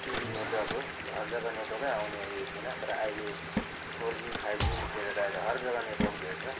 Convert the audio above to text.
two G network हो त्यो हर जग्गा नेटवर्कै आउने थिएन तर अहिले फोर जी फाइभ जी निक्लिएर त हर जग्गा नेटवर्क भेट्छ